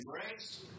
grace